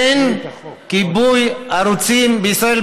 אין כיבוי ערוצים בישראל,